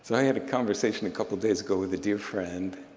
so i had a conversation a couple days ago with a dear friend